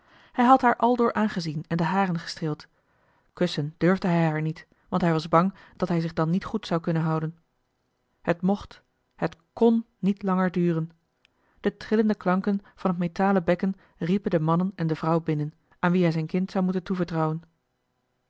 hij had haar aldoor aangezien en de haren gestreeld kussen durfde hij haar niet want hij was bang dat hij zich dan niet goed zou kunnen houden het mocht het kn niet langer duren de trillende klanken van het metalen bekken riepen de mannen en de vrouw binnen aan wie hij zijn kind zou moeten toevertrouwen